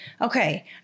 okay